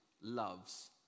loves